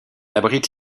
abrite